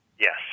Yes